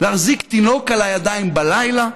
להחזיק תינוק על הידיים בלילה,